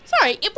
Sorry